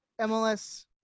MLS